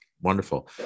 Wonderful